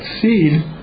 seed